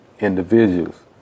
individuals